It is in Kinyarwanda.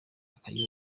akayoga